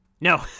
no